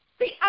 See